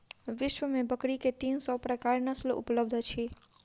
विश्व में बकरी के तीन सौ प्रकारक नस्ल उपलब्ध अछि